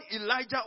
Elijah